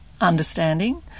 understanding